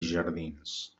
jardins